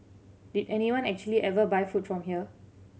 did anyone actually ever buy food from here